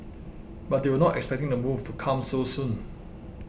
but they were not expecting the move to come so soon